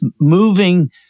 moving